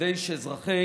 כדי שאזרחי